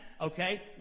okay